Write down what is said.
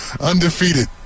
undefeated